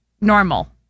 normal